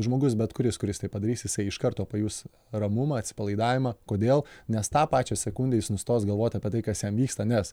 žmogus bet kuris kuris tai padarys jisai iš karto pajus ramumą atsipalaidavimą kodėl nes tą pačią sekundę jis nustos galvot apie tai kas jam vyksta nes